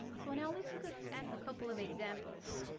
so now let's look ah at a couple of examples.